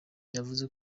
yavuze